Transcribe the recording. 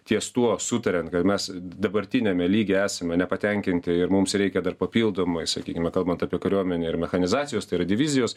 ties tuo sutariant kad mes dabartiniame lygyje esame nepatenkinti ir mums reikia dar papildomai sakykime kalbant apie kariuomenę ir mechanizacijos tai yra divizijos